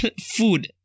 food